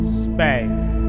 space